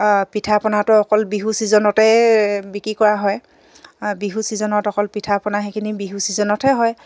পিঠা পনাটো অকল বিহু ছিজনতেই বিক্ৰী কৰা হয় বিহু ছিজনত অকল পিঠা পনা সেইখিনি বিহু ছিজনতহে হয়